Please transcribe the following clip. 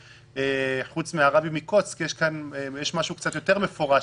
חוץ מהרבי מקוצק יש משהו קצת יותר מפורש: